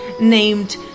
named